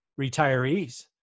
retirees